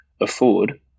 afford